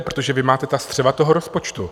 Protože vy máte střeva toho rozpočtu.